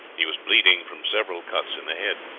he was bleeding from several cuts in the head.